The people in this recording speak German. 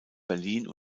berlin